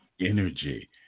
energy